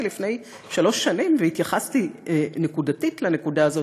לפני שלוש שנים והתייחסתי נקודתית לנקודה הזאת,